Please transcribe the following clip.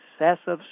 excessive